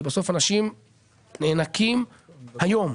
כי בסוף אנשים נאנקים היום.